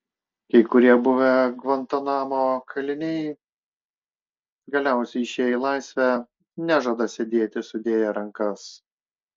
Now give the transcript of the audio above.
kai kurie buvę gvantanamo kaliniai galiausiai išėję į laisvę nežada sėdėti sudėję rankas